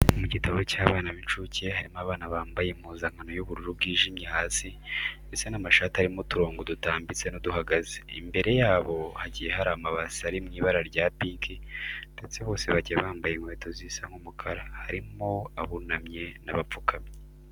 Mu gitabo cy'abana b'inshuke harimo abana bambaye impuzankano y'ubururu bwijimye hasi ndetse n'amashati arimo uturongo dutambitse n'uduhagaze. Imbere yabo hagiye hari amabase ari mu ibara rya pinki ndetse bose bagiye bambaye inkweto zisa nk'umukara. Harimo abunamye n'abapfukamye.